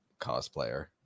cosplayer